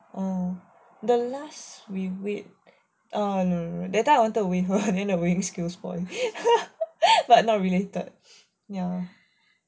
oh the last we weighed oh no no no that time we wanted to weigh her then the weighing scale spoil but not related ya